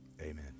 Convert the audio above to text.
amen